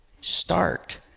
Start